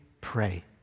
pray